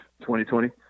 2020